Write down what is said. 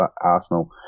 Arsenal